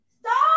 Stop